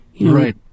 Right